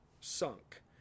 sunk